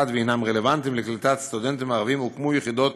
והם רלוונטיים לקליטת סטודנטים ערבים הוקמו יחידות